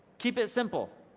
keep it simple,